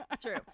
true